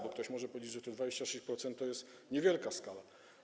Bo ktoś może powiedzieć, że 26% to jest niewielka skala.